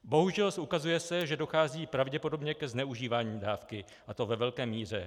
Bohužel se ukazuje, že dochází pravděpodobně ke zneužívání dávky, a to ve velké míře.